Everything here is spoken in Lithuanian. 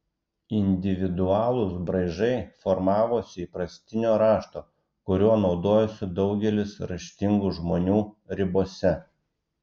individualūs braižai formavosi įprastinio rašto kuriuo naudojosi daugelis raštingų žmonių ribose